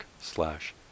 slash